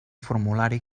formulari